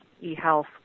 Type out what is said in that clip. e-health